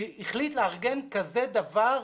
שהחליט לארגן כזה דבר,